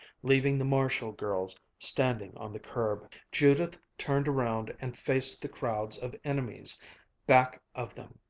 leaving the marshall girls standing on the curb. judith turned around and faced the crowds of enemies back of them.